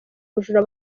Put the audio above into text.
ubujura